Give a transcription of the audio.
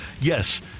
yes